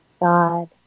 God